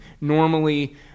Normally